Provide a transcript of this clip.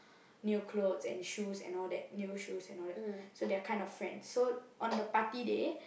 new clothes and shoes and all that new shoes and all that so they are kind of friends so on the party day